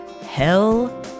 hell